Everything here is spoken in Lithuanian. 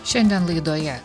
šiandien laidoje